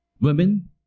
Women